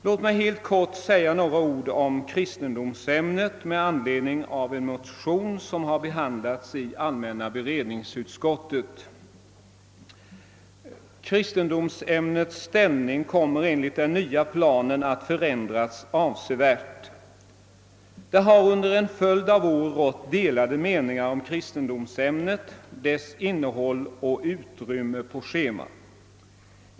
Låt mig helt kort säga några ord om kristendomsämnet med anledning av en motion som har behandlats i allmänna beredningsutskottet. Kristendomsämnets ställning kommer enligt den nya planen att förändras avsevärt. Under en följd av år har det rått delade meningar om kristendomsämnet, dess innehåll och utrymme på schemat.